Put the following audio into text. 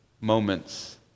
moments